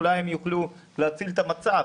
ואולי הם יוכלו להציל את המצב.